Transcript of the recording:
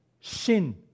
sin